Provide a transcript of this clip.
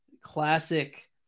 classic